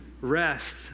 rest